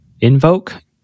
invoke